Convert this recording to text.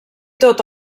tot